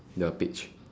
the page